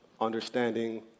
understanding